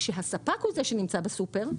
כשהספק הוא זה שנמצא בסופר,